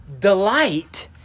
delight